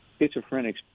schizophrenics